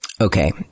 Okay